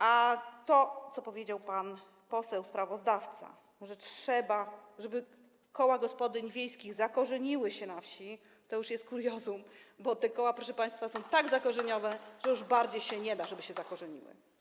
A to, co powiedział pan poseł sprawozdawca, że trzeba, żeby koła gospodyń wiejskich zakorzeniły się na wsi, to już jest kuriozum, bo te koła, proszę państwa, są tak zakorzenione, że już bardziej się nie da, żeby się zakorzeniły.